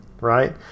right